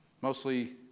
Mostly